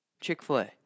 Chick-fil-A